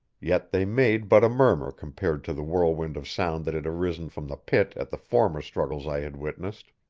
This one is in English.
yet they made but a murmur compared to the whirlwind of sound that had arisen from the pit at the former struggles i had witnessed.